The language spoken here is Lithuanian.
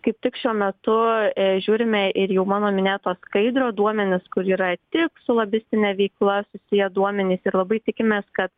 kaip tik šiuo metu žiūrime ir jau mano minėtos skaidrio duomenis kur yra tik su lobistine veikla susiję duomenys ir labai tikimės kad